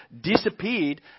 disappeared